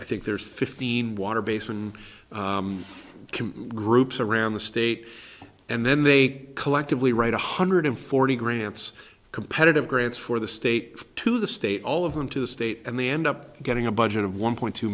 i think there's fifteen water basin can groups around the state and then they collectively write one hundred forty grants competitive grants for the state to the state all of them to the state and they end up getting a budget of one point two